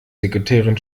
sekretärin